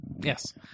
Yes